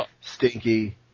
Stinky